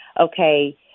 Okay